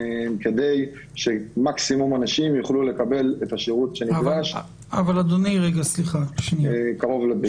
כדי שמקסימום אנשים יוכלו לקבל את השירות הנדרש קרוב לביתם.